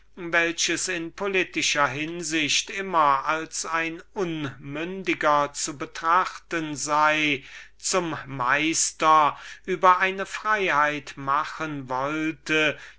welches immer als unmündig zu betrachten sei zum meister über eine freiheit machen wollte